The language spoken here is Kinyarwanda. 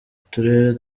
uturere